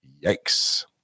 Yikes